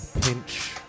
Pinch